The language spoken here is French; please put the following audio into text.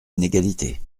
inégalités